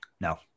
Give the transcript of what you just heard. No